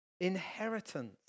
inheritance